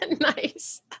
Nice